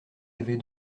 avez